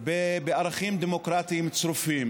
בערכים דמוקרטיים צרופים,